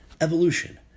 Evolution